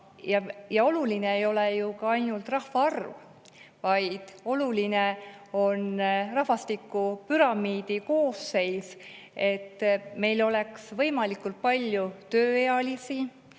Ja oluline ei ole ju ainult rahvaarv, vaid oluline on ka rahvastikupüramiidi koosseis, et meil oleks võimalikult palju tööealisi